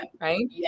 right